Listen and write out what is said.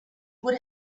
would